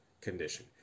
condition